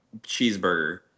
cheeseburger